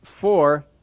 Four